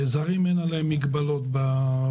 על הזרים אין מגבלות ביציאה.